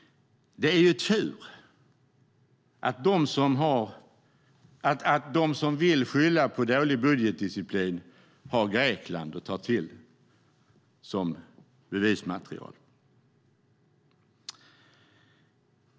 Det är tur att de som vill skylla på dålig budgetdisciplin har Grekland att ta till som bevismaterial.